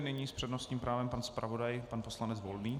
Nyní s přednostním právem pan zpravodaj, pan poslanec Volný.